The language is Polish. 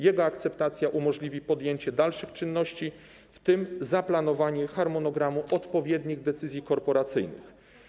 Jego akceptacja umożliwi podjęcie dalszych czynności, w tym zaplanowanie harmonogramu odpowiednich decyzji korporacyjnych.